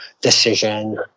decision